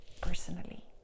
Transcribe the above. personally